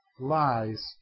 lies